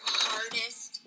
hardest